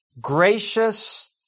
gracious